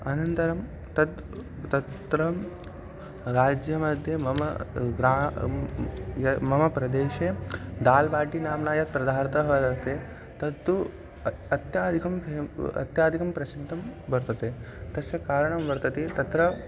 अनन्तरं तत् तत्र राज्यमध्ये मम मम प्रदेशे दाल् बाटि नाम्ना यत् पदार्थः वर्तते तत्तु अत्याधिकं फ़ेम् अत्याधिकं प्रसिद्धं वर्तते तस्य कारणं वर्तते तत्र